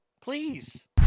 please